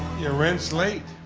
your rent's late.